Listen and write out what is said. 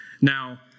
Now